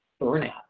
burnout